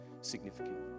significant